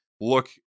look